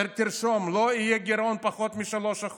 תרשום: לא יהיה גירעון של פחות מ-3%.